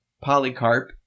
Polycarp